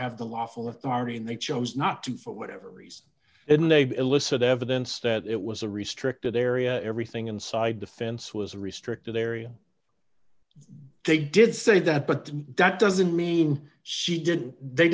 have the lawful authority in the chose not to for whatever reason in labor illicit evidence that it was a restricted area everything inside the fence was a restricted area they did say that but the duck doesn't mean she did they